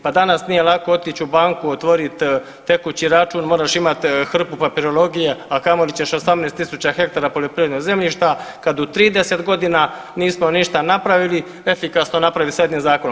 Pa danas nije lako otić u banku otvorit tekući račun moraš imati hrpu papirologije, a kamoli ćeš 18.000 hektara poljoprivrednog zemljišta kad u 30 godina nismo ništa napravili efikasno napravili s jednim zakonom.